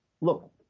look